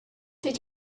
did